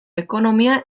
ekonomia